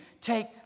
Take